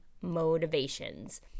motivations